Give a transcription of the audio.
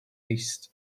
east